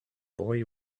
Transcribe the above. boy